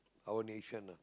our nation ah